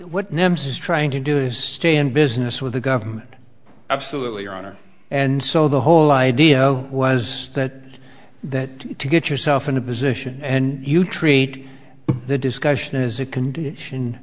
what nems is trying to do is stay in business with the government absolutely ana and so the whole idea was that that to get yourself in a position and you treat the discussion as a condition